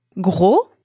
Gros